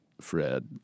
Fred